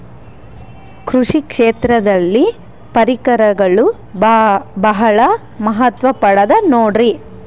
ಕೃಷಿ ಕ್ಷೇತ್ರದಲ್ಲಿ ಪರಿಕರಗಳು ಬಹಳ ಮಹತ್ವ ಪಡೆದ ನೋಡ್ರಿ?